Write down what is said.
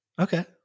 Okay